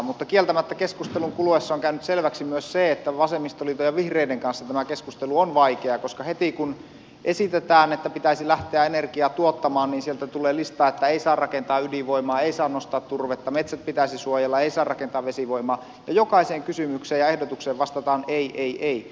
mutta kieltämättä keskustelun kuluessa on käynyt selväksi myös se että vasemmistoliiton ja vihreiden kanssa tämä keskustelu on vaikeaa koska heti kun esitetään että pitäisi lähteä energiaa tuottamaan sieltä tulee lista että ei saa rakentaa ydinvoimaa ei saa nostaa turvetta metsät pitäisi suojella ei saa rakentaa vesivoimaa ja jokaiseen kysymykseen ja ehdotukseen vastataan ei ei ei